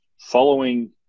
following